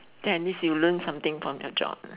then at least you learnt something from your job lah